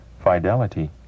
fidelity